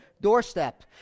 doorstep